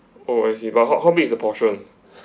oh I see but how how big is the portion